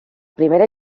primera